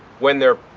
when they're,